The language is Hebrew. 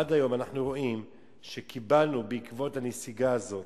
עד היום אנחנו רואים שקיבלנו בעקבות הנסיגה הזאת,